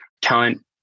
talent